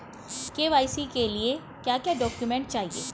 KYC के लिए क्या क्या डॉक्यूमेंट चाहिए?